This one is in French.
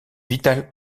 vital